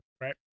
right